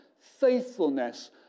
faithfulness